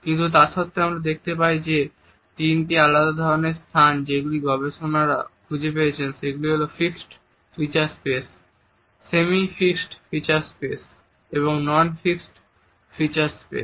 কিন্তু তা সত্বেও আমরা দেখতে পাই যে তিনটি আলাদা ধরনের স্থান যেগুলি গবেষকরা খুঁজে পেয়েছেন এগুলি হল fixed feature space semi fixed feature space এবং নন ফিক্সড ফিচার স্পেস